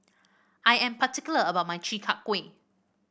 I am particular about my Chi Kak Kuih